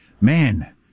man